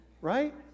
Right